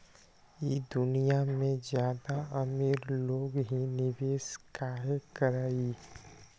ई दुनिया में ज्यादा अमीर लोग ही निवेस काहे करई?